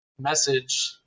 message